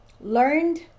learned